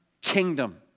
kingdom